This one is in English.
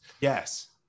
Yes